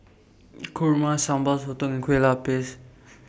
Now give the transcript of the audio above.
Kurma Sambal Sotong and Kueh Lupis